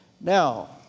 Now